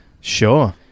Sure